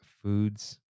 foods